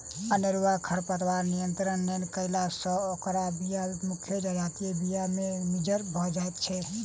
अनेरूआ खरपातक नियंत्रण नै कयला सॅ ओकर बीया मुख्य जजातिक बीया मे मिज्झर भ जाइत छै